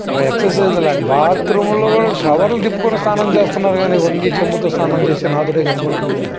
exercise లేక బాత్రూముల్లో కూడా షవర్లు తిప్పుకునే స్నానం చేస్తున్నారు కానీ వంగి చంబుతో స్నానం చేసే నాదుడే కనపడటం లేదు